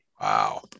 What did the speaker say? wow